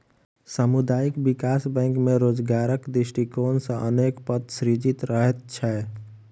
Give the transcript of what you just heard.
सामुदायिक विकास बैंक मे रोजगारक दृष्टिकोण सॅ अनेक पद सृजित रहैत छै